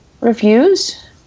reviews